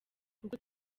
kuko